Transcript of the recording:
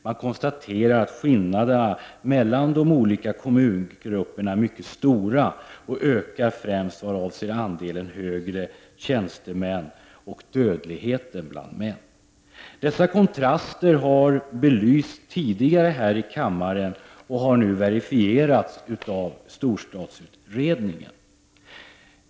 Man konstaterar att skillnaderna mellan de olika kommungrupperna är mycket stora och främst ökar i vad gäller andelen högre tjänstemän och Dessa kontraster har tidigare belysts här i kammaren och har nu verifierats av storstadsutredningen.